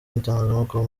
n’itangazamakuru